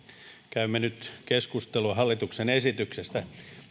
käymme nyt keskustelua hallituksen esityksestä